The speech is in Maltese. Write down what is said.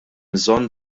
bżonn